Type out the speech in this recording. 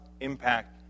impact